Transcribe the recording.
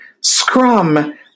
scrum